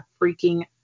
freaking